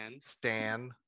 Stan